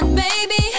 baby